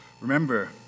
Remember